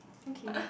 okay